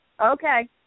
okay